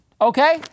Okay